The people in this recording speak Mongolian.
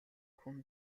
хүн